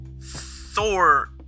Thor